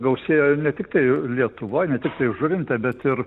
gausėjo ne tiktai lietuvoje tasai žuvintą bet ir